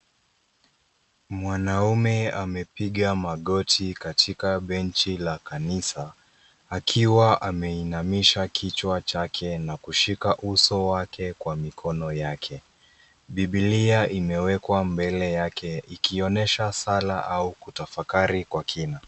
Mwanaume amepiga magoti katika benji la kanisa akiwa ameinamisha kichwa chake na kushika uso wake kwa mikono yake. Bibilia imewekwa mbele yake ikionyesha sala au kutafakari kwa kina.